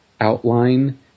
outline